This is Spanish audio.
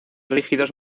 rígidos